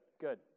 Good